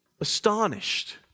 astonished